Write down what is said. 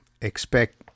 expect